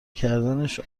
کردنش